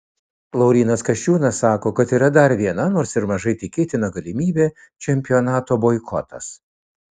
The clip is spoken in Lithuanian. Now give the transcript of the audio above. laurynas kasčiūnas sako kad yra dar viena nors ir mažai tikėtina galimybė čempionato boikotas